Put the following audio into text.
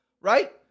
Right